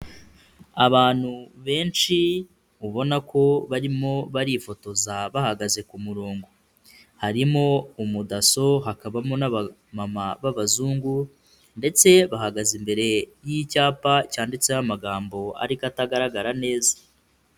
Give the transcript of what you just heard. Abantu benshi, ubona ko barimo barifotoza bahagaze ku murongo. Harimo umudaso, hakabamo n'abamama b'abazungu ndetse bahagaze imbere y'icyapa cyanditseho amagambo ariko atagaragara neza.